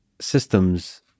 systems